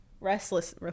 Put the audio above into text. Restless